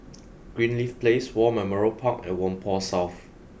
Greenleaf Place War Memorial Park and Whampoa South